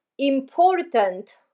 important